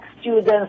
students